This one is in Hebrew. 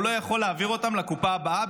הוא לא יכול להעביר אותן לקופה הבאה,